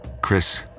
Chris